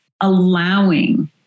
Allowing